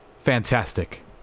fantastic